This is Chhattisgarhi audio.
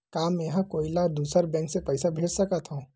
का मेंहा कोई ला दूसर बैंक से पैसा भेज सकथव?